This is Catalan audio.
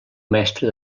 mestre